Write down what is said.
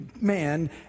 man